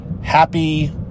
happy